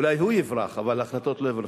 אולי הוא יברח, אבל ההחלטות לא יברחו.